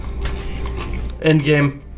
Endgame